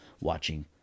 watching